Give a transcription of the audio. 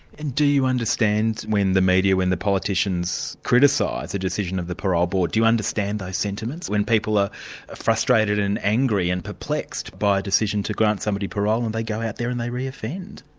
and do you understand when the media, when the politicians criticise a decision of the parole board, do you understand those sentiments, when people are ah frustrated and angry and perplexed by a decision to grant somebody parole and they go out there and they re-offend?